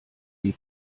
die